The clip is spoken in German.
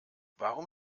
warum